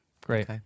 Great